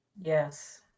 yes